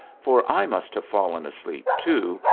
for i must have fallen asleep, too,